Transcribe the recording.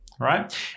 right